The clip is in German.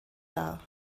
dar